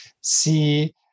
see